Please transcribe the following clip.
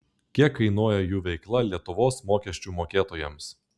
kiek kainuoja jų veikla lietuvos mokesčių mokėtojams